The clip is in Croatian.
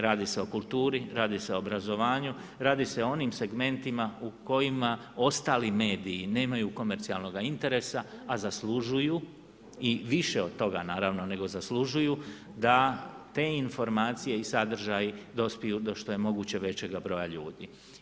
Radi se o kulturi, radi se o obrazovanju, radi se o onim segmentima u kojima ostali mediji nemaju komercijalnoga interesa, a zaslužuju i više od toga, naravno nego zaslužuju, da te informacije i sadržaji dospiju do što je moguće većega broja ljudi.